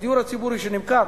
מהדיור הציבורי שנמכר,